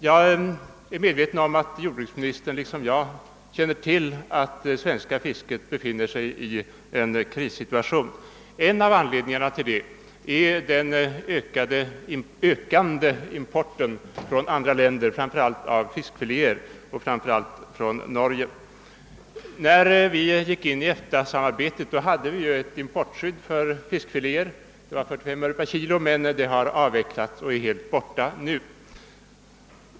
Jordbruksministern känner givetvis liksom jag till att det svenska fisket befinner sig i en krissituation. En av anledningarna härtill är den ökande importen av framför allt fiskfiléer, speciellt från Norge. När vi gick in i EFTA hade vi importskydd för fiskfiléer med 45 öre per kilo, men det skyddet har avvecklats och är nu helt borta.